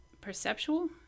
perceptual